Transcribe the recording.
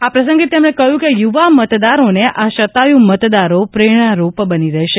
આ પ્રસંગે તેમણે કહ્યું કે યુવા મતદારોને આ શતાયુ મતદારો પ્રેરણારૂપ બની રહેશે